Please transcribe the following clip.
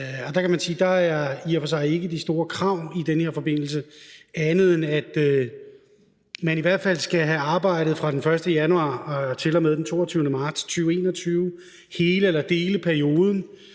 Der er i og for sig ikke de store krav i den her forbindelse andet, end at man i hvert fald skal have arbejdet fra den 1. januar til og med den 22. marts 2021, hele eller dele af perioden,